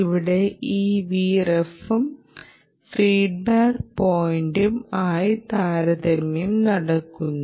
ഇവിടെ ഈ Vref ഉം ഫീഡ്ബാക്ക് പോയിന്റും ആയി താരതമ്യം നടക്കുന്നു